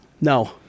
No